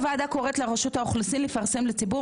הוועדה קוראת לרשות האוכלוסין לפרסם לציבור